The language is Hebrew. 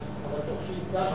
אבל טוב שהדגשת.